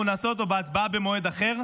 אנחנו נעלה אותו להצבעה במועד אחר,